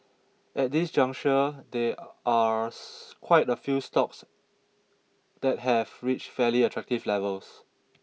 at this juncture there are quite a few stocks that have reached fairly attractive levels